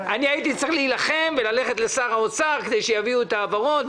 הייתי צריך להילחם וללכת לשר האוצר כדי שיביאו את ההעברות.